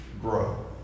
grow